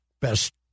Best